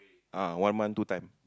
ah one month two time